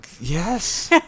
Yes